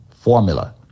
Formula